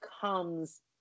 comes